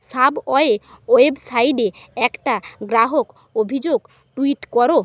subway ওয়েবসাইটে একটা গ্রাহক অভিযোগ টুইট করো